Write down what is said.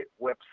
website